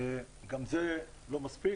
גם זה לא מספיק,